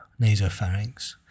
nasopharynx